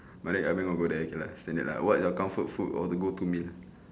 mother everyone all go there okay lah standard lah what your comfort food or to go to meal